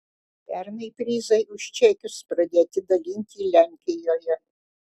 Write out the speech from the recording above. pernai prizai už čekius pradėti dalinti lenkijoje